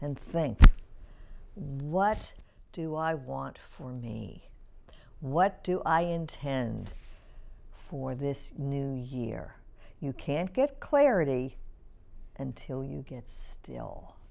think what do i want for me what do i intend for this new year you can't get clarity until you get still